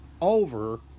over